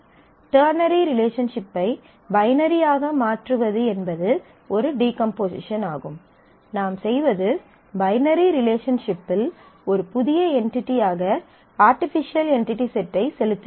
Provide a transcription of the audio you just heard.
ternary ரிலேஷன்ஷிப்பை binary ஆக மாற்றுவது என்பது ஒரு டீகம்போசிஷன் ஆகும் நாம் செய்வது பைனரி ரிலேஷன்ஷிப்பில் ஒரு புதிய என்டிடியாக ஆர்டிபிசியல் என்டிடி செட் E ஐ செலுத்துகிறோம்